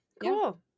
Cool